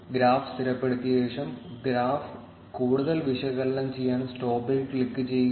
graph സ്ഥിരപ്പെടുത്തിയ ശേഷം graph കൂടുതൽ വിശകലനം ചെയ്യാൻ സ്റ്റോപ്പിൽ ക്ലിക്കുചെയ്യുക